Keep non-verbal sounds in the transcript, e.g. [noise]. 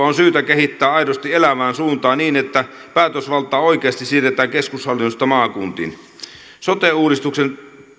[unintelligible] on syytä kehittää aidosti elävään suuntaan niin että päätösvaltaa oikeasti siirretään keskushallinnosta maakuntiin sote uudistuksen